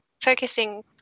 focusing